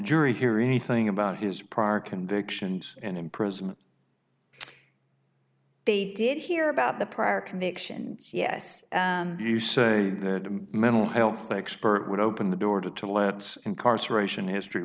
jury hear anything about his prior convictions and imprisonment they did hear about the prior convictions yes you say the mental health expert would open the door to lips incarceration history